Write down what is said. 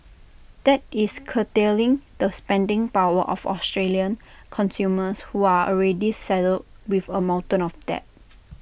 that is curtailing the spending power of Australian consumers who are already saddled with A mountain of debt